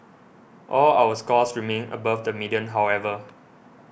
all our scores remain above the median however